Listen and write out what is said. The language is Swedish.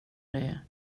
det